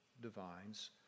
divines